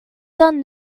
done